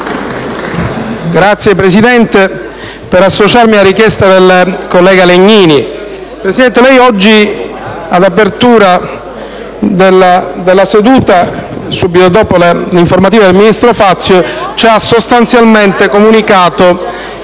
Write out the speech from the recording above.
intervengo per associarmi alla richiesta del collega Legnini. Presidente, lei oggi all'apertura della seduta, subito dopo l'informativa del ministro Fazio, ci ha sostanzialmente comunicato